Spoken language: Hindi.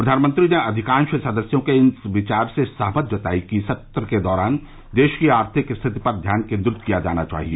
प्रधानमंत्री ने अधिकांश सदस्यों के इन विचारों से सहमति जताई कि सत्र के दौरान देश की आर्थिक स्थिति पर ध्यान केन्द्रित किया जाना चाहिए